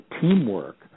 teamwork